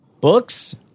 Books